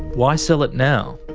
why sell it now?